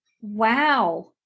Wow